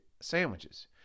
sandwiches